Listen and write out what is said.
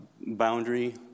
boundary